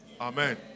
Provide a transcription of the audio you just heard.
Amen